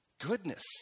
Goodness